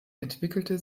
entwickelte